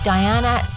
Diana